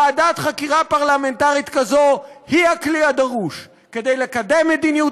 ועדת חקירה פרלמנטרית כזו היא הכלי הדרוש כדי לקדם מדיניות